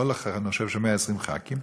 אני חושב ש-120 חברי כנסת,